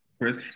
Chris